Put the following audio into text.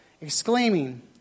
exclaiming